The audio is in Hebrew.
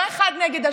לא אחד נגד השני.